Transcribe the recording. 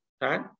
right